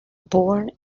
born